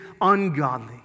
ungodly